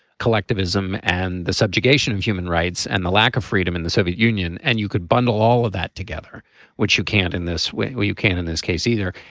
collectivism and the subjugation of human rights and the lack of freedom in the soviet union. and you could bundle all of that together which you can't in this way. well you can't in this case either.